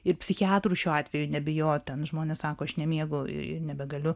ir psichiatrų šiuo atveju nebijot ten žmonės sako aš nemiegu ir nebegaliu